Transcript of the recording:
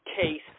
case